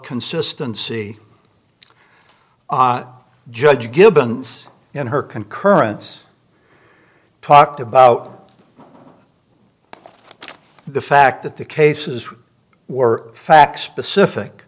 consistency ah judge gibbons in her concurrence talked about the fact that the cases were facts specific